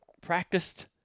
practiced